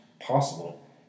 possible